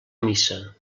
missa